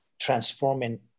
transforming